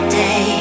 day